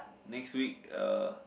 next week uh